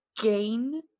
gain